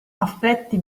affetti